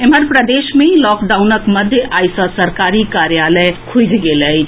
एम्हर प्रदेश मे लॉकडाउनक मध्य आइ सँ सरकारी कार्यालय खुजि गेल अछि